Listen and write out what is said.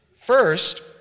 First